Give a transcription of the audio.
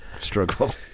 struggle